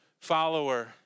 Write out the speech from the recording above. follower